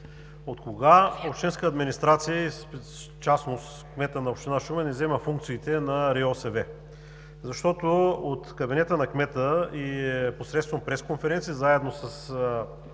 откога общинската администрация, и в частност кметът на община Шумен изземва функциите на РИОСВ? Защото от кабинета на кмета и посредством пресконференция заедно с